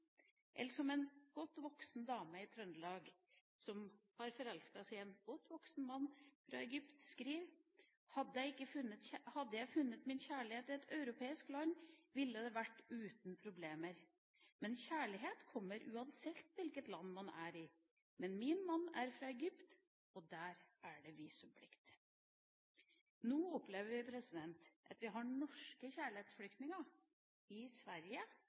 Eller som en godt voksen dame i Trøndelag, som har forelsket seg i en godt voksen mann fra Egypt, skriver: «hadde jeg funnet min kjære i et europeisk land … ville han vært her nå..uten problem ….. men kjærlighet kommer uansett hvilket land det er … men min mann er egyptisk … med visumplikt..» Nå opplever vi at vi har norske kjærlighetsflyktninger i Sverige – det er ikke så rart – men vi har dem også i